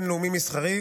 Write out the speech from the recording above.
להציג את הצעת החוק,